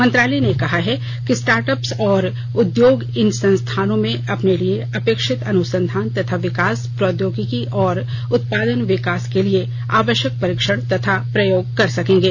मंत्रालय ने कहा है कि स्टार्टअप्स और उद्योग इन संस्थाओं में अपने लिए अपेक्षित अनुसंधान तथा विकास प्रौद्योगिकी और उत्पाद विकास के लिए आवश्यक परीक्षण तथा प्रयोग कर सकेंगे